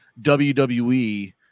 WWE